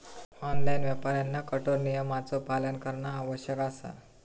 online व्यापाऱ्यांना कठोर नियमांचो पालन करणा आवश्यक असा